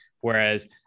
Whereas